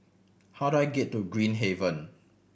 how do I get to Green Haven